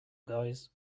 guys